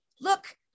look